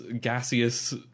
gaseous